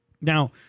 Now